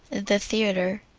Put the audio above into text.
the theater.